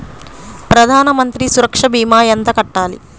ప్రధాన మంత్రి సురక్ష భీమా ఎంత కట్టాలి?